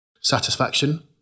satisfaction